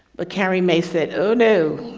but carrie mae said, oh, no,